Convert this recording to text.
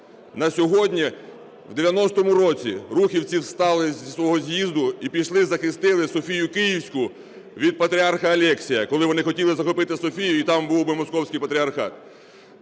На сьогодні… в 90-у році рухівці встали зі свого з'їзду і пішли захистили Софію Київську від Патріарха Алексія, коли вони хотіли захопити Софію і там був би Московський патріархат.